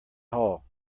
hull